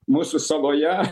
mūsų saloje